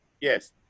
Yes